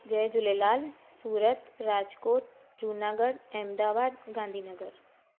Jay Jhulelal Surat Rajkot Junagadh Ahmedabad Gandhinagar